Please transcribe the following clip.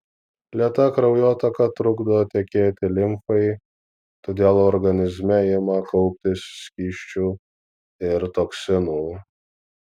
lėta kraujotaka trukdo tekėti limfai todėl organizme ima kauptis skysčių ir toksinų